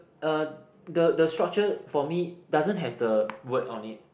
uh the the structure for me doesn't have the word on it